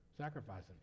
sacrificing